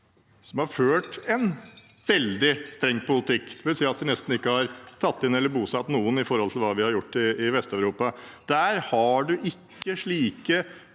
har ført en veldig streng politikk. Jeg vil si at de nesten ikke har tatt inn eller bosatt noen i forhold til hva vi har gjort i Vest-Europa. Der har en ikke slike